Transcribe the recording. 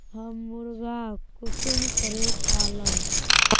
हम मुर्गा कुंसम करे पालव?